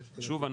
שוב,